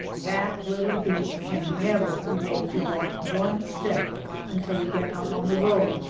that little beast can never be made to walk one step until we get out on the road,